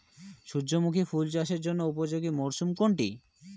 সূর্যমুখী ফুল চাষের জন্য উপযোগী মরসুম কোনটি?